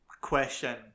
question